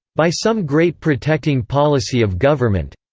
by some great protecting policy of government.